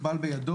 הוא נחבל בידו,